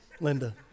Linda